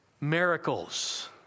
miracles